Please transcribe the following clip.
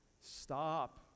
Stop